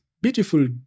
Beautiful